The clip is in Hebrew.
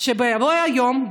שבבוא היום,